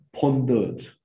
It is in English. pondered